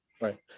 Right